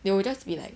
they will just be like